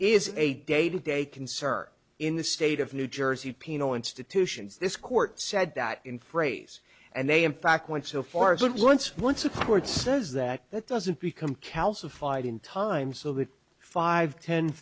is a day to day concern in the state of new jersey penal institutions this court said that in phrase and they in fact went so far as it once one supports says that that doesn't become calcified in time so that five ten